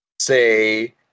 say